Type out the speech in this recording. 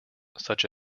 such